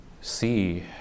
see